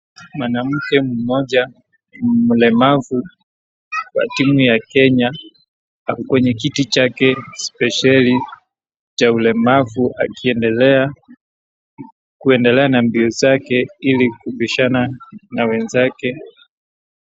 Mwanamke mmoja ni mlemavu, lakini wa Kenya, ako kwenye kiti chake spesheli, cha ulemavu akiendelea, kuendelea na mbio zake ili kubishana na wenzake.